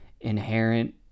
inherent